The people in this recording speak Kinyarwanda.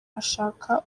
ashaka